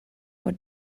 what